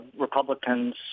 Republicans